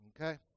okay